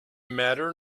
matter